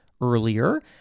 earlier